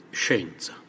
scienza